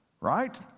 right